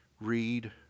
read